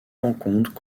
rencontres